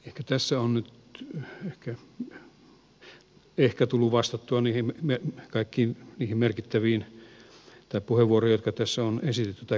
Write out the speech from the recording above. ehkä tässä on nyt tullut vastattua kaikkiin niihin kysymyksiin joita tässä on esitetty